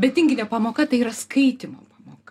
bet tinginio pamoka tai yra skaitymo pamoka